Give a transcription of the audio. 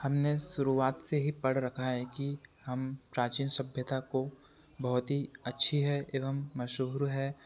हमने शुरुआत से ही पढ़ रखा है कि हम प्राचीन सभ्यता को बहुत ही अच्छी है एवम मशहूर है